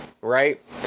right